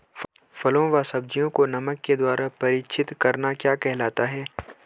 फलों व सब्जियों को नमक के द्वारा परीक्षित करना क्या कहलाता है?